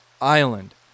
Island